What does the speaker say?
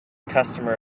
customer